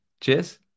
Cheers